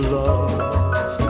love